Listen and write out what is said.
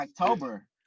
October